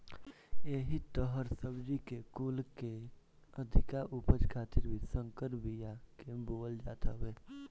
एही तहर सब्जी कुल के अधिका उपज खातिर भी संकर बिया के बोअल जात हवे